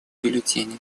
бюллетени